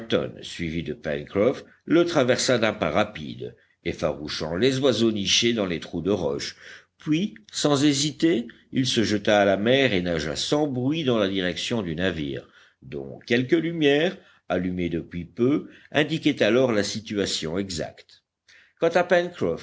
suivi de pencroff le traversa d'un pas rapide effarouchant les oiseaux nichés dans les trous de roche puis sans hésiter il se jeta à la mer et nagea sans bruit dans la direction du navire dont quelques lumières allumées depuis peu indiquaient alors la situation exacte quant à